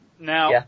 Now